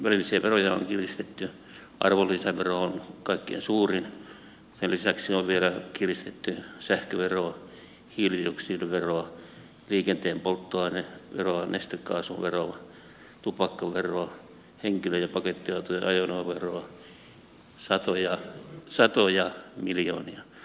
välillisiä veroja on kiristetty arvonlisävero on kaikkein suurin sen lisäksi on vielä kiristetty sähköveroa hiilidioksidiveroa liikenteen polttoaineveroa nestekaasuveroa tupakkaveroa henkilö ja pakettiautojen ajoneuvoveroa satoja satoja miljoonia